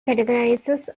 categories